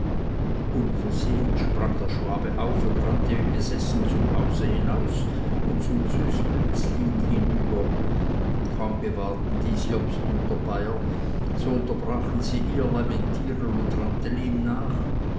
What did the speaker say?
sprang der schwabe auf und rannte wie besessen zum hause hinaus und zu züs bünzlin hinüber kaum gewahrten dies jobst und der bayer so unterbrachen sie ihr lamentieren und rannten ihm nach